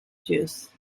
juice